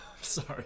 sorry